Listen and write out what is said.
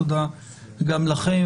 תודה גם לכם,